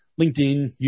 LinkedIn